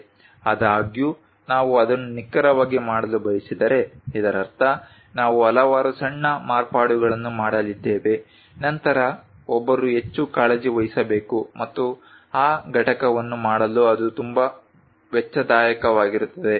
ಆದಾಗ್ಯೂ ನಾವು ಅದನ್ನು ನಿಖರವಾಗಿ ಮಾಡಲು ಬಯಸಿದರೆ ಇದರರ್ಥ ನಾವು ಹಲವಾರು ಸಣ್ಣ ಮಾರ್ಪಾಡುಗಳನ್ನು ಮಾಡಲಿದ್ದೇವೆ ನಂತರ ಒಬ್ಬರು ಹೆಚ್ಚು ಕಾಳಜಿ ವಹಿಸಬೇಕು ಮತ್ತು ಆ ಘಟಕವನ್ನು ಮಾಡಲು ಅದು ತುಂಬಾ ವೆಚ್ಚದಾಯಕವಾಗಿರುತ್ತದೆ